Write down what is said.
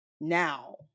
now